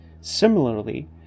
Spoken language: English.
Similarly